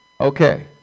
Okay